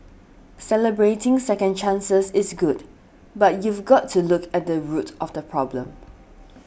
celebrating second chances is good but you've got to look at the root of the problem